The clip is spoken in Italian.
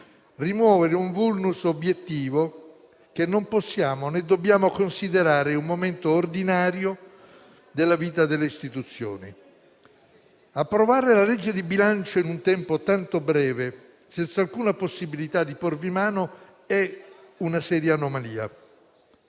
rimuovere un *vulnus* obiettivo che non possiamo, né dobbiamo considerare un momento ordinario della vita delle istituzioni. Approvare la legge di bilancio in un tempo tanto breve, senza alcuna possibilità di porvi mano, è una serie anomalia.